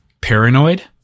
paranoid